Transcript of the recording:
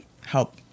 help